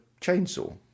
chainsaw